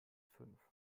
fünf